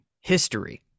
history